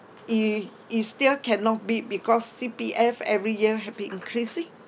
is is still cannot beat because C_P_F every year have been increasing